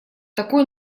такой